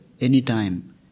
anytime